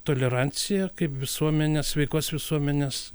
toleranciją kaip visuomenės sveikos visuomenės